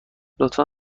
لطفا